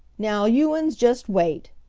now, you-uns jest wait!